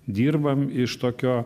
dirbam iš tokio